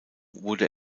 wurde